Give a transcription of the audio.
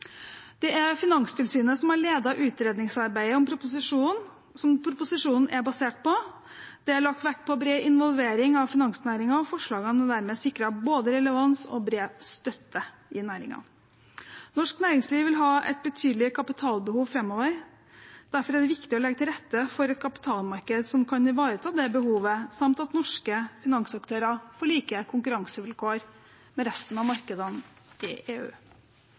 Det er Finanstilsynet som har ledet utredningsarbeidet som proposisjonen er basert på. Det er lagt vekt på bred involvering av finansnæringen, og forslagene er dermed sikret både relevans og bred støtte i næringen. Norsk næringsliv vil ha et betydelig kapitalbehov framover. Derfor er det viktig å legge til rette for et kapitalmarked som kan ivareta det behovet, samt at norske finansaktører får like konkurransevilkår som resten av markedene i EU.